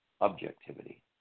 objectivity